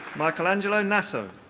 michaelangelo nasso.